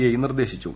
I നിർദ്ദേശിച്ചു